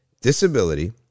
disability